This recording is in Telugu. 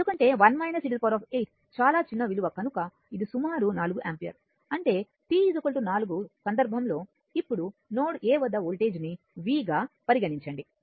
ఎందుకంటే 1 e8 చాలా చిన్న విలువ కనుక ఇది సుమారు 4 యాంపియర్ అంటే t 4 సందర్భంలో ఇప్పుడు నోడ్ A వద్ద వోల్టేజ్ ని v గా పరిగణించండి